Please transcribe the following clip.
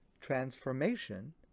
transformation